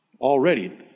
Already